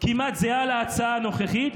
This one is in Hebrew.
כמעט זהה להצעה הנוכחית,